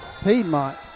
piedmont